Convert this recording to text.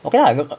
okay ah